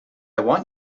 want